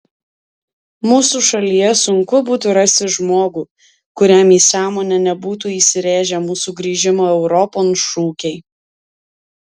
mūsų šalyje sunku būtų rasti žmogų kuriam į sąmonę nebūtų įsirėžę mūsų grįžimo europon šūkiai